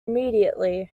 immediately